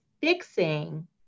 fixing